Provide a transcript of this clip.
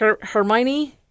Hermione